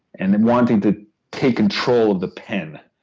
and and wanting to take control of the pen,